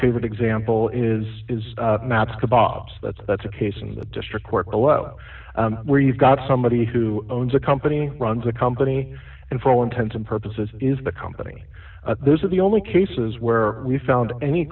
favorite example is is maps the box that's that's a case in the district court below where you've got somebody who owns a company runs a company and for all intents and purposes is the company those are the only cases where we found any